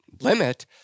limit